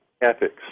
ethics